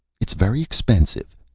it's very expensive,